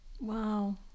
Wow